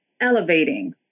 elevating